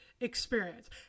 experience